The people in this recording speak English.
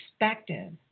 perspective